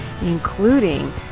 including